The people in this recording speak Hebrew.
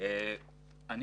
היה דיון על דור א' ודור ב'.